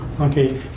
okay